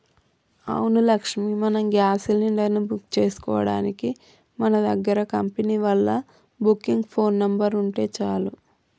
అవును లక్ష్మి మనం gas cylinder ని బుక్ చేసుకోవడానికి మన దగ్గర కంపెనీ వాళ్ళ బుకింగ్ ఫోన్ నెంబర్ ఉంటే చాలు